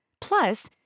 Plus